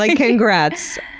like congrats!